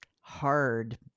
hard